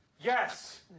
Yes